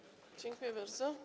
Dziękuję bardzo.